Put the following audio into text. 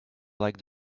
like